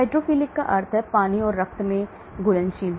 hydrophilic का अर्थ है पानी और रक्त में घुलनशील